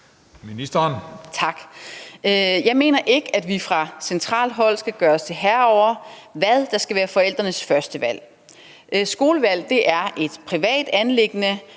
Jeg mener ikke, at vi fra centralt hold skal gøre os til herre over, hvad der skal være forældrenes førstevalg. Skolevalg er et privat anliggende,